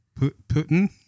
Putin